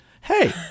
hey